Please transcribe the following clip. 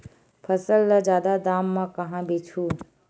फसल ल जादा दाम म कहां बेचहु?